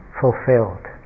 fulfilled